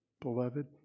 beloved